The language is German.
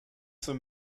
zur